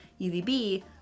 UVB